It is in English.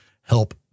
help